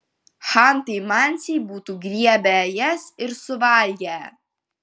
chantai mansiai būtų griebę jas ir suvalgę